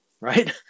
right